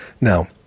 Now